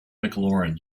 mclaurin